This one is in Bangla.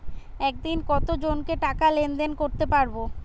একদিন কত জনকে টাকা লেনদেন করতে পারবো?